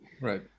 Right